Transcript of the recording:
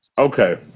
Okay